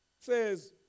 says